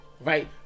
right